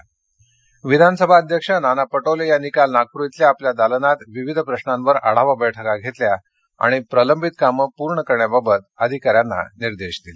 विधानसभा अध्यक्ष विधानसभा अध्यक्ष नाना पटोले यांनी काल नागपूर इथल्या आपल्या दालनात विविध प्रशांवर आढावा बरुका घेतल्या आणि प्रलंबित कामे पूर्ण करण्याबाबत अधिकाऱ्यांना निर्देश दिले